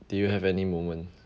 do you have any moment